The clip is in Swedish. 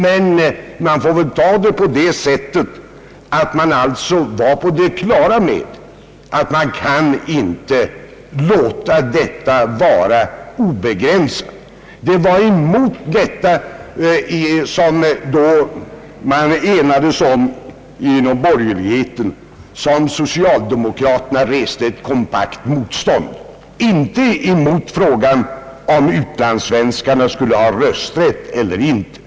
Vi får väl tolka det så att man var på det klara med att man inte kan låta rösträtten vara obegränsad. Det var mot detta förslag från borgerligt håll som socialdemokraterna den gången reste kompakt motstånd, och det gällde inte själva frågan om utlandssvenskarna skulle ha rösträtt eller inte.